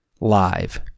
live